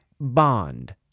Bond